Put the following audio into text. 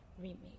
remake